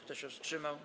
Kto się wstrzymał?